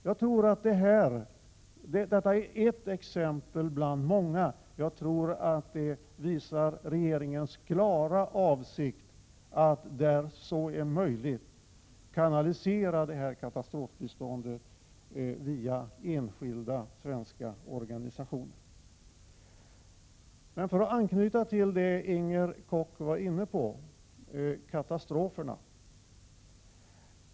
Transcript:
Detta är ett exempel bland många. Det visar nog regeringens klara avsikt att där så är möjligt kanalisera katastrofbiståndet via enskilda svenska organisationer. Jag vill anknyta till det som Inger Koch var inne på, nämligen katastroferna.